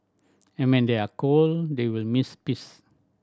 and when they are cold they will miss piss